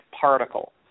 particle